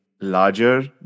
larger